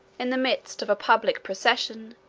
in the midst of a public procession,